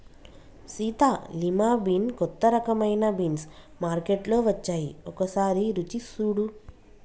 Sita lima bean కొత్త రకమైన beans మార్కేట్లో వచ్చాయి ఒకసారి రుచి సుడు